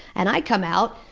and i come out,